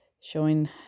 showing